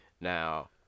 Now